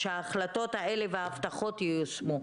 שההחלטות וההבטחות ייושמו.